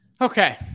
Okay